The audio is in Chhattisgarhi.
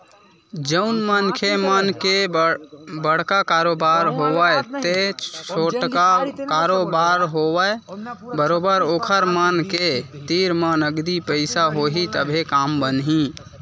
जउन मनखे मन के बड़का कारोबार होवय ते छोटका कारोबार होवय बरोबर ओखर मन के तीर म नगदी पइसा होही तभे काम बनही